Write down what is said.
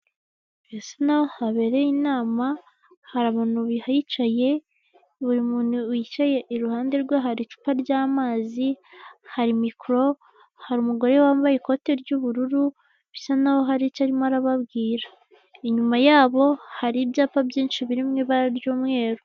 Birasa naho habereye inama hari abantu bihicaye buri muntu wicaye iruhande rwe hari icupa ry'amazi, hari mikorobe hari umugore wambaye ikote ry'ubururu bisa naho hari icyo arimo arababwira, inyuma yabo hari ibyapa byinshi biri mu ibara ry'umweru.